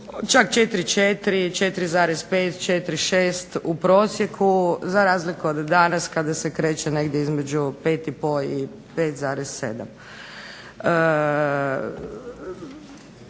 bio 4,4, 4,5, 4,6 u prosjeku za razliku od danas kada se kreće od 5,5 i 5,7.